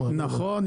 נכון,